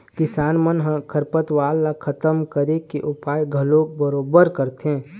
किसान मन ह खरपतवार ल खतम करे के उपाय घलोक बरोबर करथे